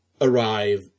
arrive